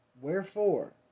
Wherefore